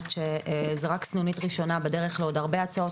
זאת רק סנונית ראשונה בדרך לעוד הרבה הצעות